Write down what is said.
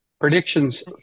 predictions